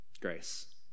Grace